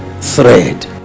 thread